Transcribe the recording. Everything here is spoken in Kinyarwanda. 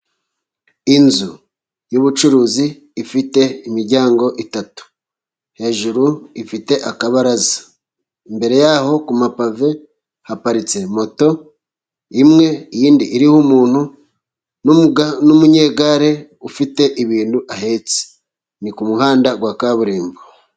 Inzu y'ubucuruzi, ifite imiryango itatu, hejuru ifite akabaraza, imbere yaho ku mapave haparitse moto imwe, iyindi iriho umuntu, n'umunyegare ufite ibintu ahetse, ni ku muhanda wa kaburimbo.